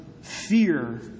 fear